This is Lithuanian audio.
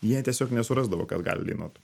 jie tiesiog nesurasdavo kas gali dainuot